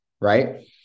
right